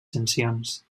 sancions